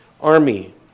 army